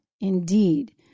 indeed